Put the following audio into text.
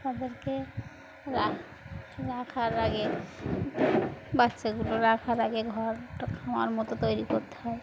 তাদেরকে রা রাখার আগে বাচ্চাগুলো রাখার আগে ঘরটা খাওয়ার মতো তৈরি করতে হয়